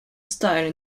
style